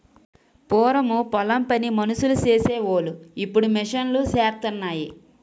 పూరము పొలం పని మనుసులు సేసి వోలు ఇప్పుడు మిషన్ లూసేత్తన్నాయి